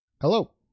Hello